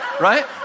right